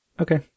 Okay